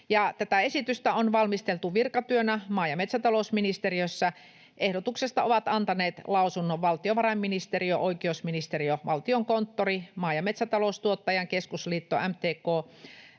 Tätä esitystä on valmisteltu virkatyönä maa- ja metsätalousministeriössä. Ehdotuksesta ovat antaneet lausunnon valtiovarainministeriö, oikeusministeriö, Valtiokonttori, Maa- ja metsätaloustuottajain Keskusliitto MTK,